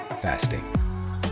fasting